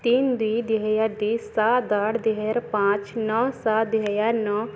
ତିନି ଦୁଇ ଦୁଇହଜାର ଦିଶ ସାତ ଆଠ ଦୁଇହଜାର ପାଞ୍ଚ ନଅ ସାତ ଦୁଇହଜାର ନଅ